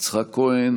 יצחק כהן